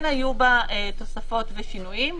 כן היו בה תוספות ושינויים,